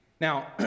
Now